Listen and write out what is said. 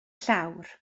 llawr